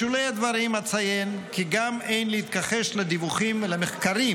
בשולי הדברים אציין כי גם אין להתכחש לדיווחים ולמחקרים